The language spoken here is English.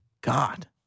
God